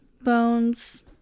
Bones